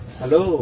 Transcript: Hello